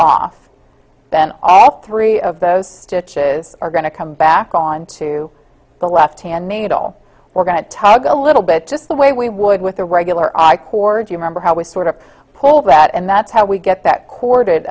off then all three of those stitches are going to come back on to the left hand needle we're going to tug a little bit just the way we would with a regular i cord you remember how we sort of pull that and that's how we get that co